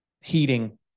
heating